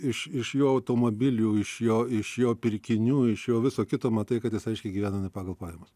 iš iš jo automobilių iš jo iš jo pirkinių iš jo viso kito matai kad jis aiškiai gyvena ne pagal pajamas